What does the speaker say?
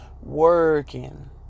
Working